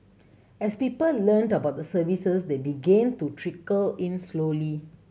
as people learnt about the services they began to trickle in slowly